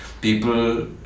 people